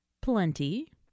Plenty